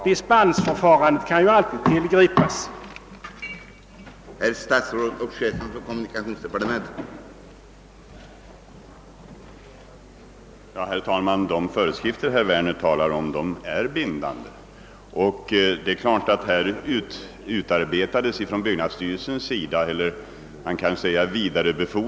Dispensförfarande kan ju alltid tillgripas i specialfall.